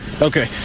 Okay